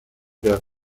جای